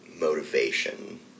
motivation